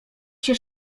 się